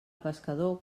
pescador